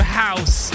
house